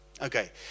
Okay